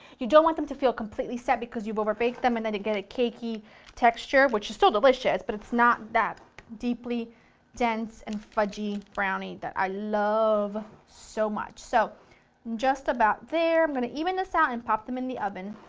you don't want them to feel completely set because you've over baked them and then they get a cakey texture which is still delicious but it's not that deeply dense and fudgy brownie that i love so much. so just about there, but even this out and pop this in the oven.